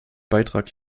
beitrag